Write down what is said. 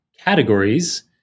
categories